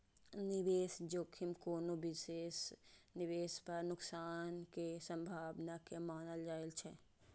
निवेश जोखिम कोनो विशेष निवेश पर नुकसान के संभावना के मानल जाइ छै